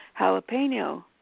jalapeno